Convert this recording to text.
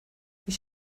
ich